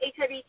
HIV